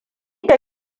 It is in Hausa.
da